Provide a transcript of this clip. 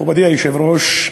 מכובדי היושב-ראש,